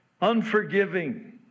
Unforgiving